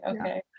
okay